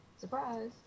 Surprise